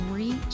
Reach